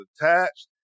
attached